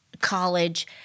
college